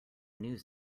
news